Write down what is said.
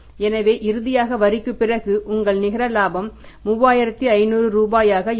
எனவே இறுதியாக வரிக்குப் பிறகு உங்கள் நிகர இலாபம் 3500 ரூபாயாக இருக்கும்